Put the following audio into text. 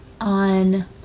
on